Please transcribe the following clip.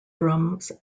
drums